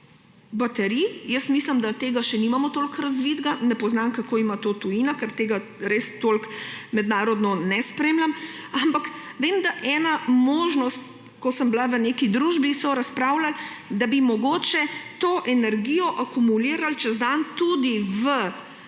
baterije – mislim, da tega še nimamo toliko razvitega –, ne poznam, kako ima to tujina, ker tega res toliko mednarodno ne spremljam. Ampak vem, da ena možnost je. Ko sem bila v neki družbi, so razpravljali, da bi mogoče to energijo akumulirali čez dan tudi v